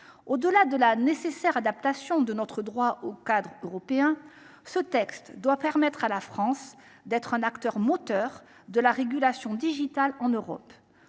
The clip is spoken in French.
Au delà de la nécessaire adaptation de notre droit au cadre européen, ce texte doit permettre à la France d’être un acteur moteur de la régulation digitale en Europe.